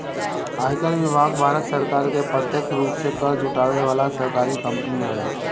आयकर विभाग भारत सरकार के प्रत्यक्ष रूप से कर जुटावे वाला सरकारी कंपनी हवे